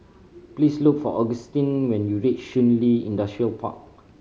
please look for Agustin when you reach Shun Li Industrial Park